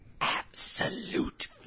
absolute